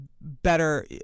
better